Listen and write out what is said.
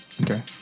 Okay